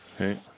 Okay